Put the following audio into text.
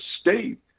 state